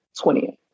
20th